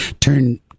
turn